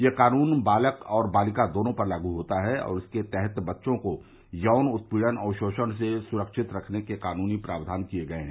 यह कानून बालक और बालिका दोनों पर लागू होता है और इसके तहत बच्चों को यौन उत्पीड़न और शोषण से सुरक्षित रखने को कानूनी प्रावधान किए गए हैं